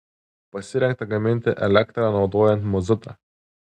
pasirengta gaminti elektrą naudojant mazutą